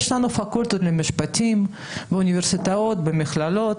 יש לנו פקולטות למשפטים באוניברסיטאות ובמכללות.